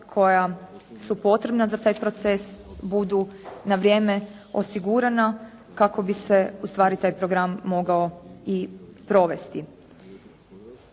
koja su potrebna za taj proces budu na vrijeme osigurana kako bi se ustvari taj program mogao i provesti.